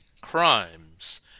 crimes